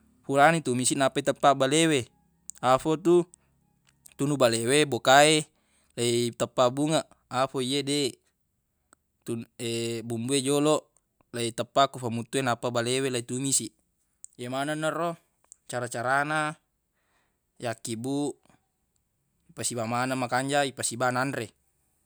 furana itumisi nappa iteppang bale we afo tu tunu bale we boka e leiteppang bungeq afo ye deq tu- bumbue joloq leiteppang ko famuttu e nappa bale we leitumisi ye manenna ro cara-carana yakkibbuq ipasiba maneng makanjaq ipasiba nanre